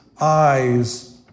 eyes